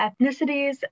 ethnicities